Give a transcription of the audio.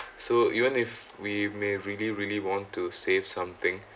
so even if we may really really want to save something